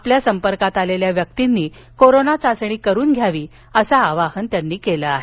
आपल्या संपर्कात आलेल्या व्यक्तींनी कोरोना चाचणी करून घ्यावी असं आवाहन त्यांनी केलं आहे